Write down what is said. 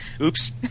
Oops